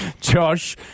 Josh